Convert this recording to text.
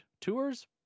tours